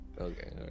Okay